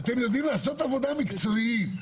יודעים לעשות עבודה מקצועית,